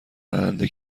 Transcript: راننده